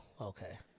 Okay